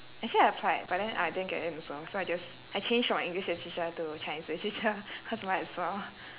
actually I applied but then I didn't get in also so I just I changed from my english literature to chinese literature cause might as well